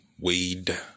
Wade